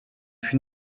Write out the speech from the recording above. fut